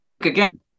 again